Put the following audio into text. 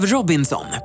Robinson